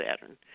Saturn